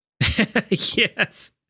Yes